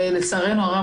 לצערנו הרב,